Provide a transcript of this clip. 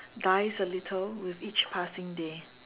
dies a little with each passing day